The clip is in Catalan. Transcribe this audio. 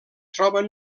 troben